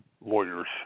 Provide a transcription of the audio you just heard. Lawyers